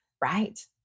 Right